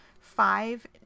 five